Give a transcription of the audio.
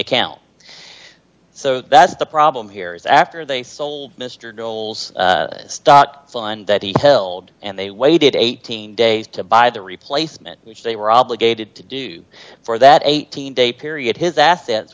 account so that's the problem here is after they sold mister knowles stock that he killed and they waited eighteen days to buy the replacement which they were obligated to do for that eighteen day period his assets